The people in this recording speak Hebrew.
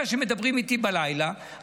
מה שמדברים איתי בלילה,